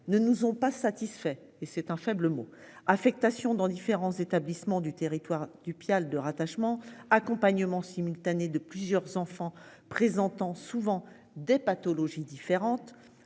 ne nous ont pas satisfaits et c'est un faible mot affectation dans différents établissements du territoire du pial de rattachement accompagnement simultanée de plusieurs enfants présentant souvent des pathologies différentes.